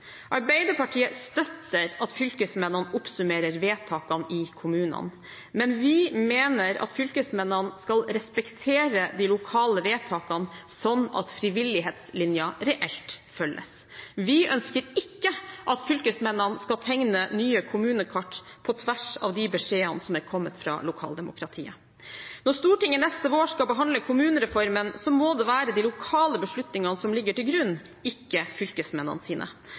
Arbeiderpartiet støtter at fylkesmennene oppsummerer vedtakene i kommunene, men vi mener at fylkesmennene skal respektere de lokale vedtakene sånn at frivillighetslinjen reelt følges. Vi ønsker ikke at fylkesmennene skal tegne nye kommunekart på tvers av beskjedene som er kommet fra lokaldemokratiet. Når Stortinget neste vår skal behandle kommunereformen, må det være de lokale beslutningene som ligger til grunn, ikke